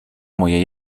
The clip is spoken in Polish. moje